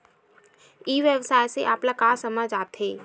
ई व्यवसाय से आप ल का समझ आथे?